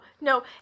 no